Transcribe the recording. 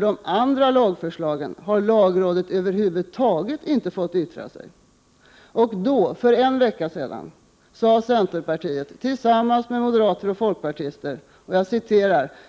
De andra lagförslagen har lagrådet över huvud taget inte fått yttra sig över. Då, för en vecka sedan, sade centern, tillsammans med moderater och folkpartister: